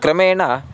क्रमेण